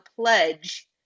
pledge